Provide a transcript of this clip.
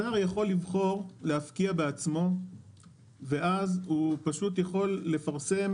השר יכול לבחור להפקיע בעצמו ואז הוא פשוט יכול לפרסם